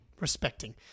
respecting